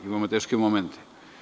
Imamo teške momente.